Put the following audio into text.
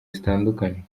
zitandukanye